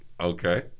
Okay